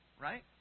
right